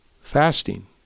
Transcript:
Fasting